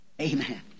Amen